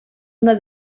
una